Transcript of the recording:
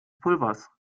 pulvers